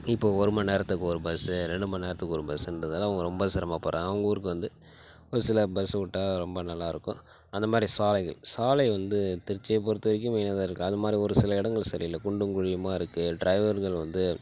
இப்போ ஒருமண் நேரத்துக்கு ஒரு பஸ்ஸு ரெண்டு மண் நேரத்துக்கு ஒரு பஸ்ஸுன்றதால் அவங்க ரொம்ப சிரமப்படுறாங்க அவங்க ஊருக்கு வந்து ஒரு சில பஸ் விட்டா ரொம்ப நல்லா இருக்கும் அந்த மாதிரி சாலைகள் சாலை வந்து திருச்சியை பொறுத்த வரைக்கும் மெய்னாகதான் இருக்கு அது மாதிரி ஒரு சில இடங்கள் சரியில்லை குண்டும் குழியுமாக இருக்கு ட்ரைவர்கள் வந்து